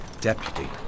Deputy